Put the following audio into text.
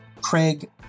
Craig